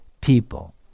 people